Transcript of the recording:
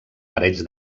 parells